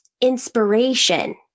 inspiration